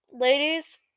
ladies